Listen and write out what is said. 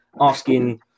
asking